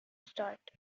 start